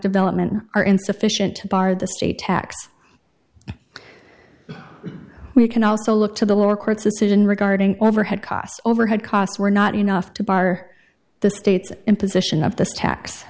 development are insufficient to bar the state tax we can also look to the lower court's decision regarding overhead costs overhead costs were not enough to bar the state's imposition of the tax